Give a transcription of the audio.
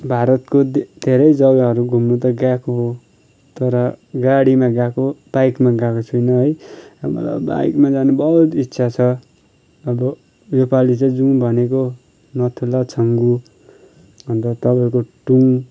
भारतको धैरै जग्गाहरू घुम्नु त गएको हो तर गाडीमा गएको बाइकमा गएको छुइनँ है र मलाई बाइकमा जान बहुत इच्छा छ अब यो पाली चाहिँ जाउँ भनेको नथुला छङ्गु अन्त तपाईँको टुङ